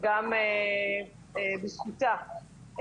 גם בזכותה,